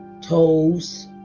toes